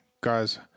guys